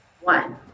one